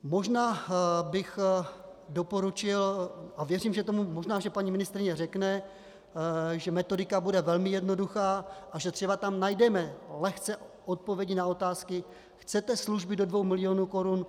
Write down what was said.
Možná bych doporučil, a možná paní ministryně řekne, že metodika bude velmi jednoduchá a že třeba tam najdeme lehce odpovědi na otázky: Chcete služby do 2 milionů korun?